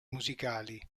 musicali